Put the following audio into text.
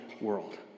world